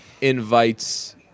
invites